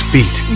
Beat